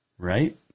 Right